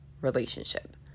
relationship